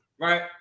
Right